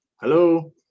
Hello